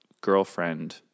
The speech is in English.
girlfriend